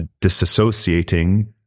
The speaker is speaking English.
disassociating